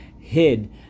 hid